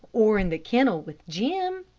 or in the kennel with jim.